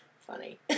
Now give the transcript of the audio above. Funny